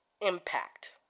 impact